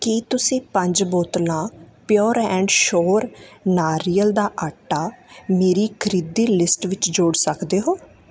ਕੀ ਤੁਸੀਂ ਪੰਜ ਬੋਤਲਾਂ ਪਿਓਰ ਐਂਡ ਸ਼ੋਰ ਨਾਰੀਅਲ ਦਾ ਆਟਾ ਮੇਰੀ ਖਰੀਦੀ ਲਿਸਟ ਵਿੱਚ ਜੋੜ ਸਕਦੇ ਹੋ